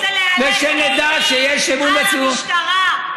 ושנדע שיש אמון לציבור,